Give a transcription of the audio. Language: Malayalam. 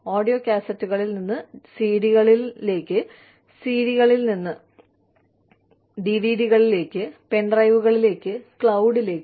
ഓഡിയോ കാസറ്റുകളിൽ നിന്ന് സിഡികളിലേക്ക് ഡിവിഡികളിലേക്ക് പെൻഡ്രൈവുകളിലേക്ക് ക്ലൌഡിലേക്ക്